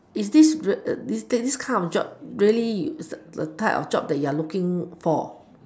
is this this kind of job really the kind of job you're looking for